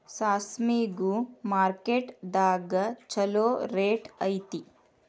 ಸಾಸ್ಮಿಗು ಮಾರ್ಕೆಟ್ ದಾಗ ಚುಲೋ ರೆಟ್ ಐತಿ